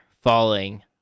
falling